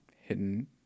Hidden